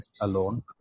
alone